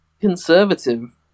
conservative